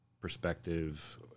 perspective